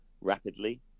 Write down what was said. rapidly